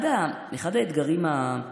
אחד האתגרים,